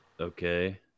Okay